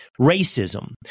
racism